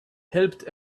helped